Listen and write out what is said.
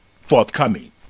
Forthcoming